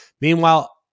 Meanwhile